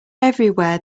everywhere